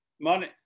Money